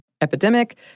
epidemic